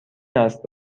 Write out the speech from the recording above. است